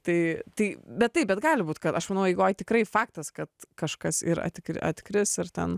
tai tai bet taip bet gali būt kad aš manau eigoj tikrai faktas kad kažkas ir at atkris ir ten